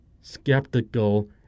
skeptical